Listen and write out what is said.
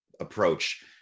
approach